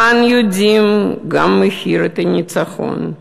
כאן יודעים גם את מחיר הניצחון,